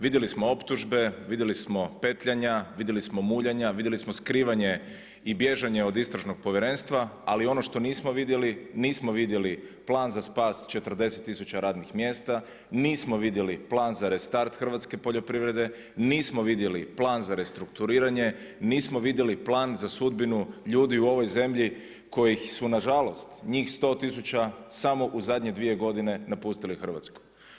Vidjeli smo optužbe, vidjeli smo petljanja, vidjeli smo muljanja, vidjeli smo skrivanje i bježanje od Istražnog povjerenstva ali ono što nismo vidjeli, nismo vidjeli plan za spas 40 tisuća radnih mjesta, nismo vidjeli plan za restart hrvatske poljoprivrede, nismo vidjeli plan za restrukturiranje, nismo vidjeli plan za sudbinu ljudi u ovoj zemlji koji su nažalost, njih 100 tisuća samo u zadnje dvije godine napustili Hrvatsku.